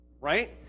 right